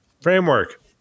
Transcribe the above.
framework